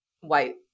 white